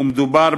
ומדובר,